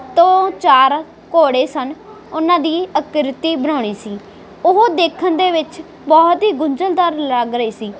ਤੋਂ ਚਾਰ ਘੋੜੇ ਸਨ ਉਹਨਾਂ ਦੀ ਆਕ੍ਰਿਤੀ ਬਣਾਉਣੀ ਸੀ ਉਹ ਦੇਖਣ ਦੇ ਵਿੱਚ ਬਹੁਤ ਹੀ ਗੁੰਝਲਦਾਰ ਲੱਗ ਰਹੀ ਸੀ